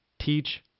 teach